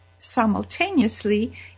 simultaneously